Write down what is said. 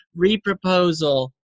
reproposal